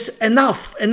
enough